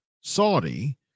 Saudi